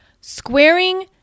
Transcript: squaring